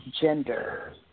gender